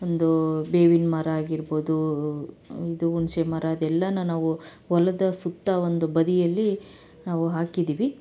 ಒಂದು ಬೇವಿನ ಮರ ಆಗಿರ್ಬೋದು ಇದು ಹುಣಸೆ ಮರ ಅದೆಲ್ಲನೂ ನಾವು ಹೊಲದ ಸುತ್ತ ಒಂದು ಬದಿಯಲ್ಲಿ ನಾವು ಹಾಕಿದ್ದೀವಿ